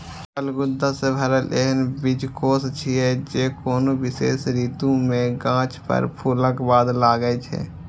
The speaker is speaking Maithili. फल गूदा सं भरल एहन बीजकोष छियै, जे कोनो विशेष ऋतु मे गाछ पर फूलक बाद लागै छै